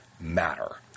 matter